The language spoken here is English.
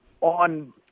on